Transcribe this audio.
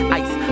ice